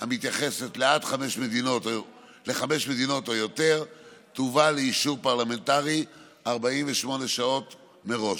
המתייחסת לחמש מדינות או יותר תובא לאישור פרלמנטרי 48 שעות מראש.